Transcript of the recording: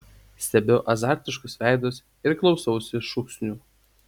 stebiu azartiškus veidus ir klausausi šūksnių